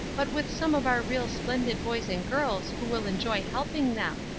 but with some of our real splendid boys and girls who will enjoy helping them.